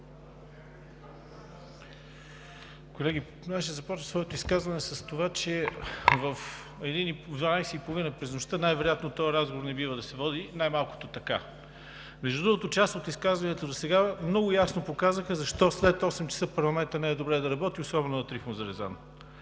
Колеги, ще започна своето изказване с това, че в 00,30 часа през нощта този разговор не бива да се води, най-малкото така. Между другото, част от изказванията досега много ясно показаха защо след 20,00 ч. парламентът не е добре да работи, особено на Трифон Зарезан.